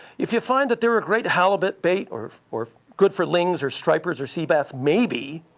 if you find that they're a great halibut bait or or good for lings or stripers or sea bass, maybe.